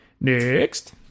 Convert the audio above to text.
Next